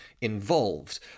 involved